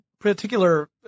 particular